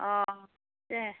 अह दे